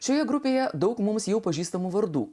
šioje grupėje daug mums jau pažįstamų vardų